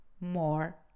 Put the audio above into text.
more